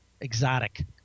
Exotic